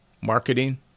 marketing